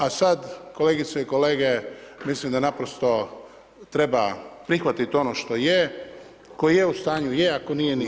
A sada kolegice i kolege mislim da naprosto treba prihvatiti ono što je, tko je u stanju je, a tko nije nije.